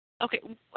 Okay